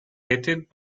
hated